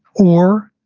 or,